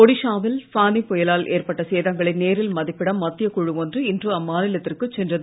ஒடிஷா வில் ஃபானி புயலால் ஏற்பட்ட சேதங்களை நேரில் மதிப்பிட மத்தியக் குழு ஒன்று இன்று அம்மாநிலத்திற்குச் சென்றது